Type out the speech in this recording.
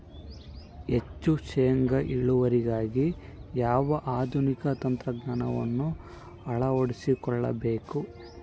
ಹೆಚ್ಚು ಶೇಂಗಾ ಇಳುವರಿಗಾಗಿ ಯಾವ ಆಧುನಿಕ ತಂತ್ರಜ್ಞಾನವನ್ನು ಅಳವಡಿಸಿಕೊಳ್ಳಬೇಕು?